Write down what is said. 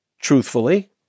truthfully